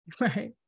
right